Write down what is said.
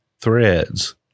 Threads